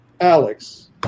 Alex